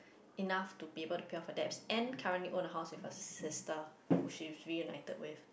enough to people to peer for that and currently own a house with a sister which is reunited wave